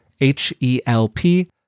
H-E-L-P